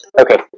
okay